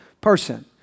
person